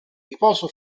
riposo